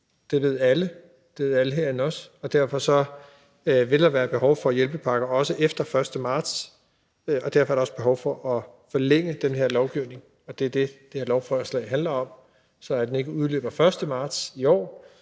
det ved alle herinde også, og derfor vil der være behov for hjælpepakker, også efter den 1. marts, og derfor er der også behov for at forlænge den her lovgivning. Og det er det, det her lovforslag handler om, altså så den ikke udløber den 1. marts i år,